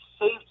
saved